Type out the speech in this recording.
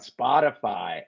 Spotify